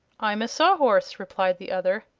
i'm a sawhorse, replied the other.